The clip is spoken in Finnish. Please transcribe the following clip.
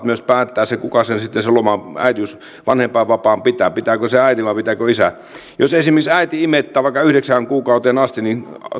myös päättää sen kuka sitten sen loman vanhempainvapaan pitää pitääkö sen äiti vai pitääkö sen isä jos esimerkiksi äiti imettää vaikka yhdeksään kuukauteen asti niin